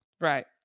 right